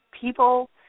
people